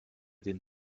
den